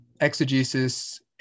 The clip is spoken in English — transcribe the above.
Exegesis